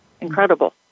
incredible